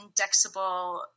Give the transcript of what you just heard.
indexable